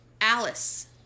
Alice